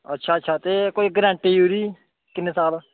अच्छा अच्छा ते कोई गरंटी ओह्दी किन्ने साल